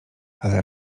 ale